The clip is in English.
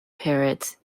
parrots